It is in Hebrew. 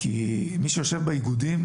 כי מי שיושב באיגודים